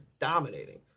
dominating